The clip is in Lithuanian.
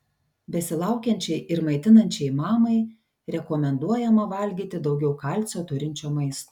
besilaukiančiai ir maitinančiai mamai rekomenduojama valgyti daugiau kalcio turinčio maisto